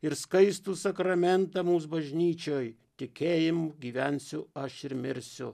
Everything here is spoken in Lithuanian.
ir skaistų sakramentą mūs bažnyčioj tikėjimu gyvensiu aš ir mirsiu